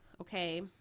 Okay